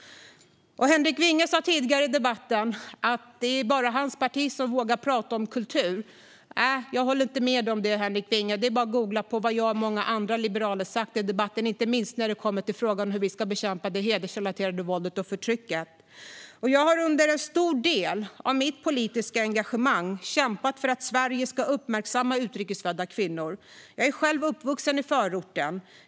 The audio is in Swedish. Henrik Vinge sa tidigare i debatten att det bara är hans parti som vågar prata om kultur. Nej, jag håller inte med dig om det, Henrik Vinge. Det är bara att googla på vad jag och många andra liberaler har sagt i debatten, inte minst när det kommer till frågan hur vi ska bekämpa det hedersrelaterade våldet och förtrycket. Jag har under en stor del av mitt politiska engagemang kämpat för att Sverige ska uppmärksamma utrikesfödda kvinnor. Jag är själv uppvuxen i förorten.